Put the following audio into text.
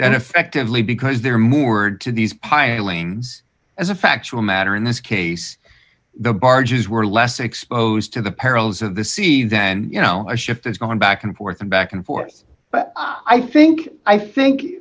and effectively because there mord to these pilings as a factual matter in this case the barges were less exposed to the perils of the sea then you know a shift is going back and forth and back and forth but i think i think